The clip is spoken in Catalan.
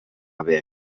haver